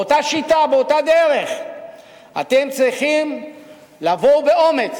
באותה דרך אתם צריכים לבוא באומץ.